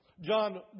John